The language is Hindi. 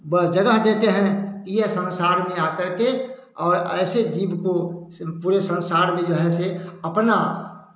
ब जगह देते हैं यह संसार में आकर के और ऐसे जीव को सम पूरे संसार में जो है से अपना